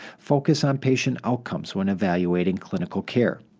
focus on patient outcomes when evaluating clinical care.